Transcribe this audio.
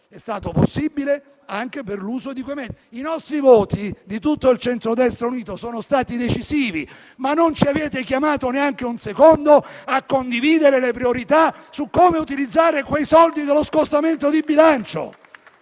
è stato possibile anche per l'uso di quei fondi. I voti di tutto il centrodestra unito sono stati decisivi, ma non ci avete chiamato neanche un secondo a condividere le priorità su come utilizzare i soldi dello scostamento di bilancio.